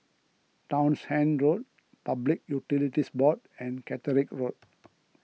Townshend Road Public Utilities Board and Caterick Road